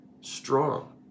strong